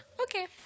okay